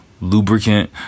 lubricant